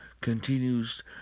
continues